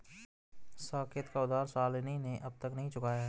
साकेत का उधार शालिनी ने अब तक नहीं चुकाया है